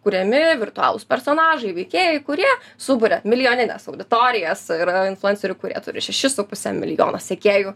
kuriami virtualūs personažai veikėjai kurie suburia milijonines auditorijas yra influencerių kurie turi šešis su puse milijono sekėjų